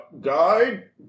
guide